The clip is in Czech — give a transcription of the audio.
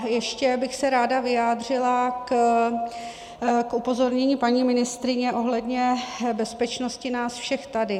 Ještě bych se ráda vyjádřila k upozornění paní ministryně ohledně bezpečnosti nás všech tady.